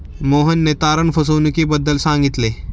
मोहनने तारण फसवणुकीबद्दल सांगितले